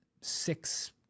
six